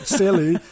silly